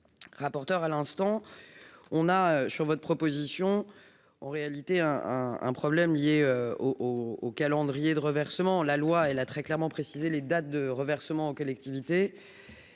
rapporteur à l'instant, on a sur votre proposition en réalité un un problème lié au au calendrier de reversement la loi et là, très clairement précisées les dates de reversement aux collectivités